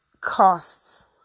costs